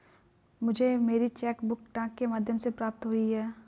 मुझे मेरी cheque book डाक के माध्यम से प्राप्त हुई है